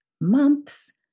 months